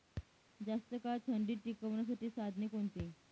जास्त काळ अंडी टिकवण्यासाठी साधने कोणती?